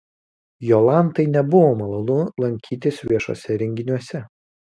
jolantai nebuvo malonu lankytis viešuose renginiuose